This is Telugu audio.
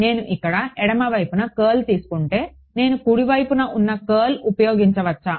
నేను ఇక్కడ ఎడమ వైపున కర్ల్ తీసుకుంటే నేను కుడి వైపున ఉన్న కర్ల్ని ఉపయోగించవచ్చా